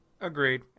Agreed